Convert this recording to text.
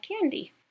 candy